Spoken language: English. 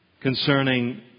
concerning